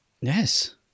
yes